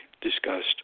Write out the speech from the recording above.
discussed